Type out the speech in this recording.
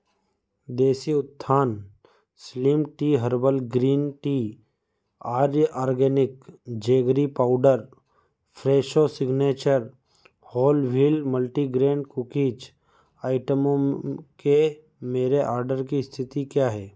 देसी Utthan slim tea herbal green tea Arya organic jaggery powder Fresho signature whole wheat multigrain cookies आइटमों के मेरे order की स्थिति क्या है